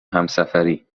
همسفری